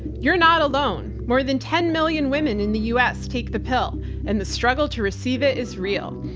you're not alone. more than ten million women in the u. s take the pill and the struggle to receive it is real.